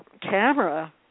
camera